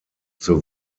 zur